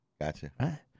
Gotcha